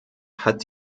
hat